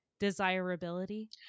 desirability